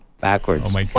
backwards